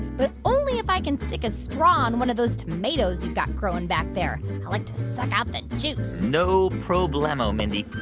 but only if i can stick a straw in one of those tomatoes you've got growing back there. i like to suck out the juice no problemo, mindy.